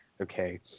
okay